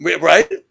right